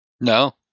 no